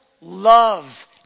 love